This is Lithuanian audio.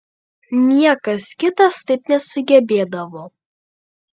niekas kitas taip nesugebėdavo